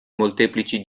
molteplici